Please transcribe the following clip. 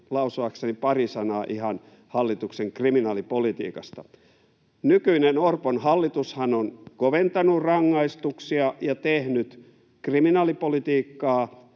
lausuakseni pari sanaa ihan hallituksen kriminaalipolitiikasta. Nykyinen Orpon hallitushan on koventanut rangaistuksia ja tehnyt kriminaalipolitiikkaa,